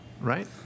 right